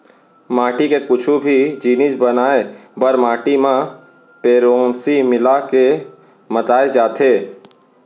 माटी के कुछु भी जिनिस बनाए बर माटी म पेरौंसी मिला के मताए जाथे